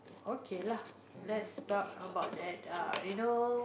okay lah let's talk about that you know